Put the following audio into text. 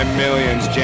millions